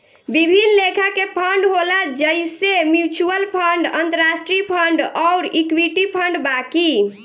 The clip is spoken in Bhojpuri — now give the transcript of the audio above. विभिन्न लेखा के फंड होला जइसे म्यूच्यूअल फंड, अंतरास्ट्रीय फंड अउर इक्विटी फंड बाकी